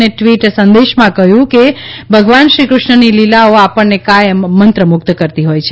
એક ટ્વીટ સંદેશમાં તેમણે કહ્યું છે કે ભગવાન શ્રીકૃષ્ણની લીલાઓ આપણને કાયમ મંત્રમુગ્ધ કરતી રહી છે